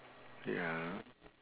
ya